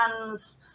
hands